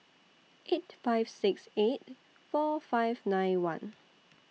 eight five six eight four five nine one